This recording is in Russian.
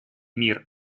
мир